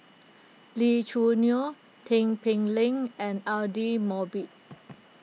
Lee Choo Neo Tin Pei Ling and Aidli Mosbit